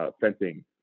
fencing